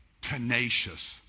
tenacious